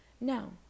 now